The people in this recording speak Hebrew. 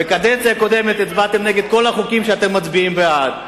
בקדנציה הקודמת הצבעתם נגד כל החוקים שאתם מצביעים עליהם בעד,